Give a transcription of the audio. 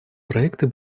проекты